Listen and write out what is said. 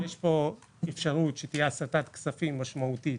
ישנה אפשרות שתהיה הסטת כספים משמעותית,